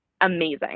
amazing